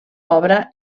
obra